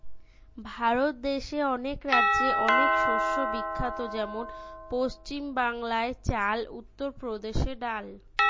ভারত দেশে অনেক রাজ্যে অনেক শস্য বিখ্যাত যেমন পশ্চিম বাংলায় চাল, উত্তর প্রদেশে ডাল